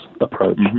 approach